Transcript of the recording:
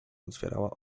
otwierała